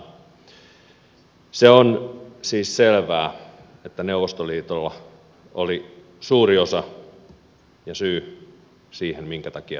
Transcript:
on siis selvää että neuvostoliitolla oli suuri osa ja syy siihen minkä takia nämä tuomiot tulivat